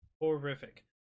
horrific